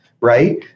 right